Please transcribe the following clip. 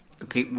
okay we,